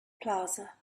plaza